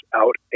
out